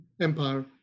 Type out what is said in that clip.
Empire